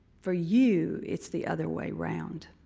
for you, it's the other way around.